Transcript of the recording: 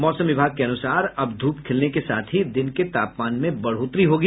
मौसम विभाग के अनुसार अब ध्रप खिलने के साथ ही दिन के तापमान में बढ़ोतरी होगी